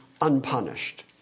unpunished